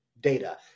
Data